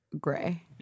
gray